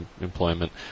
employment